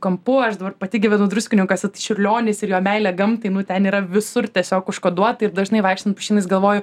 kampu aš dabar pati gyvenu druskininkuose tai čiurlionis ir jo meilė gamtai ten yra visur tiesiog užkoduota ir dažnai vaikštant vis galvoju